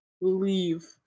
leave